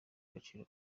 agaciro